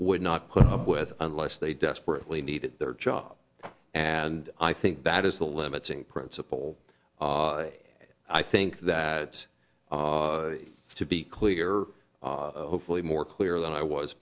would not put up with unless they desperately needed their job and i think that is the limiting principle i think that to be clear hopefully more clear than i was